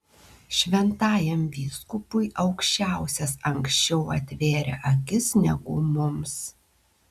šventajam vyskupui aukščiausias anksčiau atvėrė akis negu mums